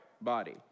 body